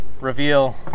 reveal